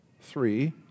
three